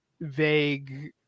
vague